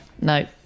no